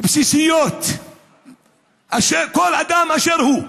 בסיסיות של כל אדם באשר הוא.